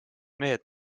mehed